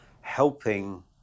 helping